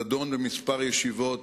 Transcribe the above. נדון בכמה ישיבות